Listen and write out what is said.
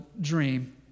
dream